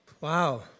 Wow